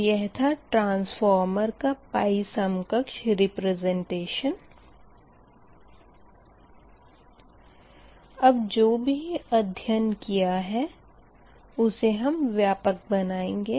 तो यह था ट्रांसफॉर्मर का समकक्ष रिप्रेसंटेशन अब जो भी अध्ध्यन किया है उसे हम व्यापक बनाएँगे